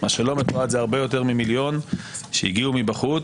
מה שלא מתועד זה הרבה יותר ממיליון שהגיעו מבחוץ.